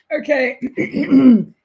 Okay